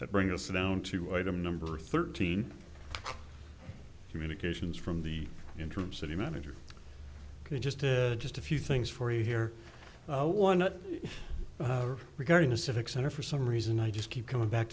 that bring us down to item number thirteen communications from the interim city manager just just a few things for you here one regarding the civic center for some reason i just keep coming back